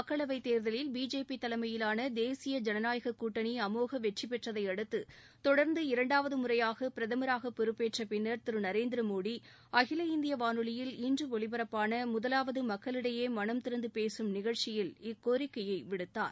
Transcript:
மக்களவை தேர்த்லில் பிஜேபி தலைமையிலான தேசிய ஜனநாயக கூட்டணி அமோக வெற்றி பெற்றதையடுத்து தொடர்ந்து இரண்டாவது முறையாக பிரதமராக பொறுப்பேற்ற பின்னர் திரு நரேந்திரமோடி அகில இந்திய வானொலியில் இன்று ஒலிபரப்பான முதலாவது மக்களிடையே மனம் திறந்து பேசும் நிகழ்ச்சியில் இக்கோரிக்கையை விடுத்தார்